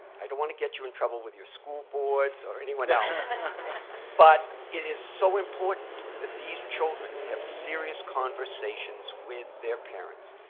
i don't want to get you in trouble with your schoolboards or anyone else but it is so important that these children have serious conversations with their parents.